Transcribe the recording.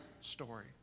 story